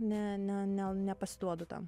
ne ne ne nepasiduodu tam